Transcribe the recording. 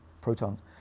protons